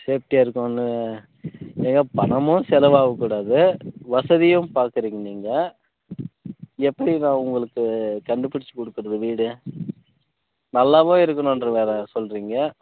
சேப்டியாக இருக்கும்ன்னு பணமும் செலவாகக் கூடாது வசதியும் பார்க்குறீங்க நீங்கள் எப்படி நான் உங்களுக்கு கண்டுபிடிச்சி கொடுக்குறது வீடு நல்லாவும் இருக்கணும்னு வேறு சொல்கிறிங்க